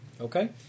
Okay